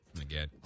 again